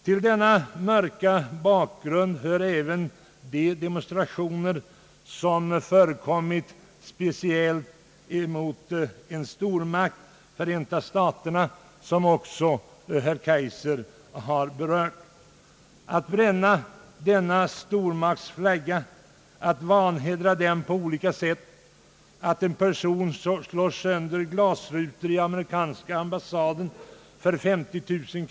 Till denna mörka bakgrund hör även de demonstrationer som förekommit speciellt mot en stormakt, Förenta staterna, något som också herr Kaijser har berört. Man har bränt och på olika sätt vanhedrat denna stormakts flagga, och en person har slagit sönder glasrutor för 50 000 kronor på den amerikanska ambassaden.